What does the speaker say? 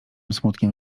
smutkiem